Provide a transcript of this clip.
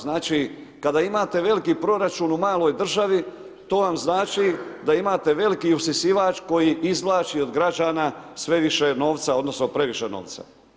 Znači kada imate veliki proračun u maloj državi to vam znači da imate veliki usisivač koji izvlači od građana sve više novca odnosno previše novca.